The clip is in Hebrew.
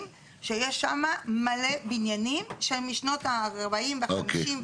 שיש שם מלא בניינים שהם משנות ה-40 וה-50.